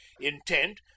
Intent